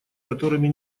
которыми